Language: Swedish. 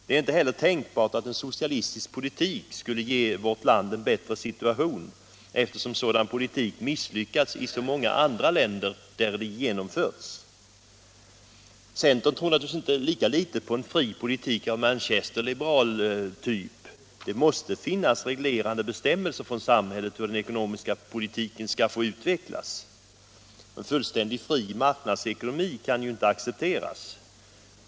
Det är heller inte tänkbart att en socialistisk politik skulle ge vårt land en bättre situation, eftersom sådan politik misslyckats i så många andra länder där den genomförts. Centern tror naturligtvis lika litet på en fri politik av manchesterliberal typ. Det måste finnas reglerande bestämmelser från samhället om hur den ekonomiska politiken skall få utvecklas. En fullständigt fri marknadsekonomi kan inte accepteras.